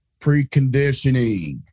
preconditioning